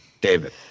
David